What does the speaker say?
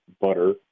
butter